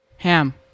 Ham